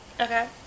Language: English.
Okay